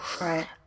Right